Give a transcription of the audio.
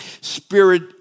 spirit